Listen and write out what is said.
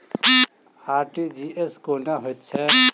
RTGS कोना होइत छै?